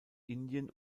indien